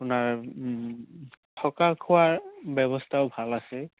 আপোনাৰ থকা খোৱাৰ ব্যৱস্থাও ভাল আছে